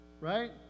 right